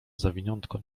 zawiniątko